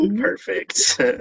perfect